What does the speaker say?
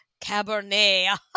Cabernet